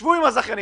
שבו עם הזכיינים,